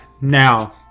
Now